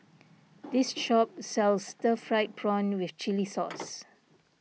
this shop sells Stir Fried Prawn with Chili Sauce